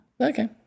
Okay